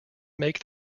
make